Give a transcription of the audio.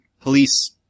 police